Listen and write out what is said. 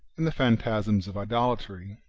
and the phan tasms of idolatry,